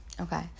Okay